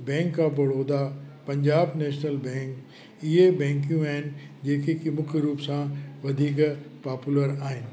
bank of Baroda Punjab national bank इहे बैंकियूं आहिनि जेके कि मुख्य रूप सां वधीक पापुलर आहिनि